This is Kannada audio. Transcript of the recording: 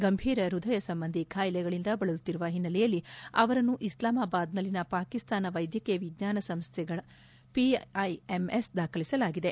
ಗಂಭೀರ ಹೃದಯ ಸಂಬಂಧಿ ಖಾಯಿಲೆಗಳಿಂದ ಬಳಲುತ್ತಿರುವ ಹಿನ್ನೆಲೆಯಲ್ಲಿ ಅವರನ್ನು ಇಸ್ಲಾಮಾಬಾದ್ನಲ್ಲಿನ ಪಾಕಿಸ್ತಾನ ವೈದ್ಯಕೀಯ ವಿಜ್ಞಾನಗಳ ಸಂಸ್ಥೆ ಪಿಐಎಮ್ಎಸ್ಗೆ ದಾಖಲಿಸಲಾಗಿದೆ